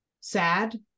sad